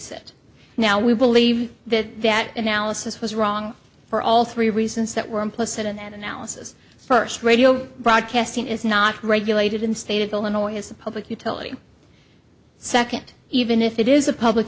sit now we believe that that analysis was wrong for all three reasons that were implicit in that analysis first radio broadcasting is not regulated in the state of illinois as a public utility second even if it is a public